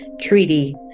treaty